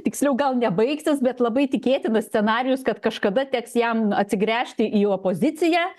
tiksliau gal ne baigsis bet labai tikėtinas scenarijus kad kažkada teks jam atsigręžti į opoziciją